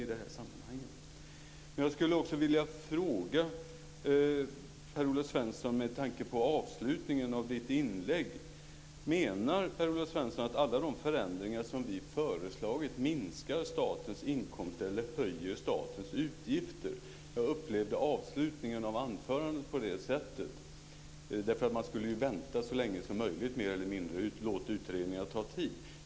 Med tanke på avslutningen av Per-Olof Svenssons inlägg vill jag fråga om han menar att alla de förändringar som vi föreslagit minskar statens inkomster eller höjer statens utgifter. Jag upplevde avslutningen av anförandet på det sättet. Det innebar mer eller mindre att man skulle vänta så länge som möjligt och låta utredningen ta tid.